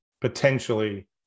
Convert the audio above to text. potentially